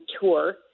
tour